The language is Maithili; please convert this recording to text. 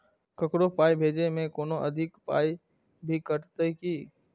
ककरो पाय भेजै मे कोनो अधिक पाय भी कटतै की?